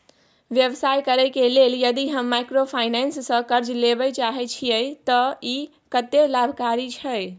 व्यवसाय करे के लेल यदि हम माइक्रोफाइनेंस स कर्ज लेबे चाहे छिये त इ कत्ते लाभकारी छै?